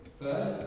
First